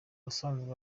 asanzwe